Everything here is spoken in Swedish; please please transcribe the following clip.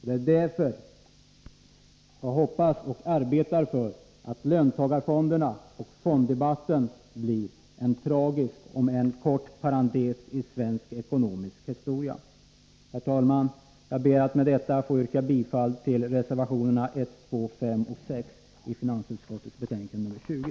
Låt oss därför hoppas på och arbeta för att löntagarfonderna och fonddebatten blir en tragisk parentes i svensk ekonomisk historia! Herr talman! Jag ber att med detta få yrka bifall till reservationerna 1,2, 5 och 6 i finansutskottets betänkande 20.